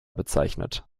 bezeichnet